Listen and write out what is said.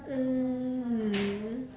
um